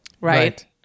right